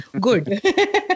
Good